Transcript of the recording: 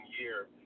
year